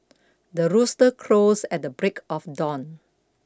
the rooster crows at the break of dawn